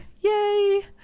Yay